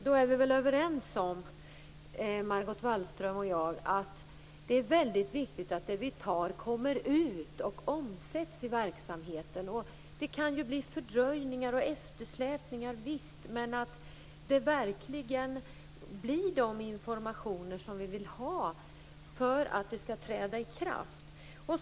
Då är vi väl överens om, Margot Wallström och jag, att det är väldigt viktigt att det vi fattar beslut om kommer ut och omsätts i verksamheten. Visst kan det bli fördröjningar och eftersläpningar, men det är viktigt att det verkligen blir de informationer som vi vill ha för att det här skall träda i kraft.